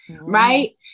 right